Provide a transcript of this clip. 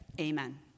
Amen